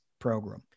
program